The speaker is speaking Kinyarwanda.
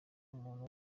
umuntu